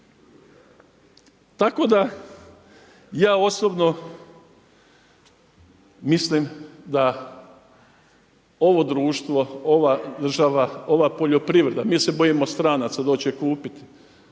Tako da ja osobno mislim da ovo društvo, ova država, ova poljoprivreda, mi se bojimo stranaca, doći će kupiti.